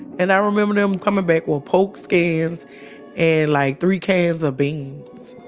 and i remember them coming back with pork skins and like three cans of beans.